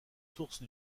sources